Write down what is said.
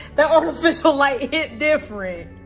that artificial light hit different